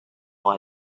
our